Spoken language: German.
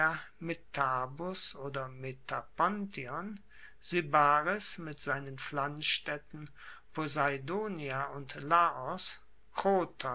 oder metapontion sybaris mit seinen pflanzstaedten poseidonia und laos